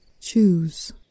Choose